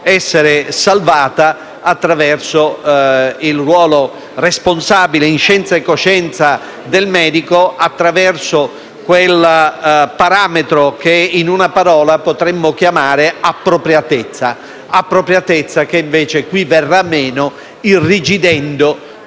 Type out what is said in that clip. essere salvata attraverso il ruolo responsabile, in scienza e coscienza, del medico, tramite quel parametro che, con una parola, potremmo chiamare appropriatezza, che invece qui verrà meno, irrigidendo